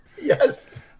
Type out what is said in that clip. Yes